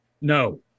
no